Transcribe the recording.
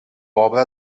obra